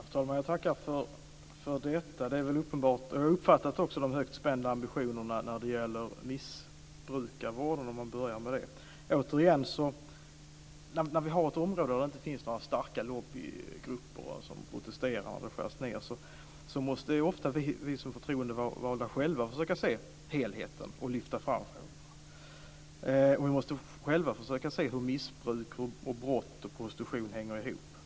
Fru talman! Jag tackar för detta. Jag har också uppfattat de högt ställda ambitionerna när det gäller missbrukarvården. När vi har ett område där det inte finns några starka lobbygrupper som protesterar mot att det skärs ned måste vi som förtroendevalda själva ofta försöka se helheten och lyfta fram den. Vi måste själva försöka se hur missbruk, brott och prostitution hänger ihop.